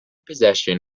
possession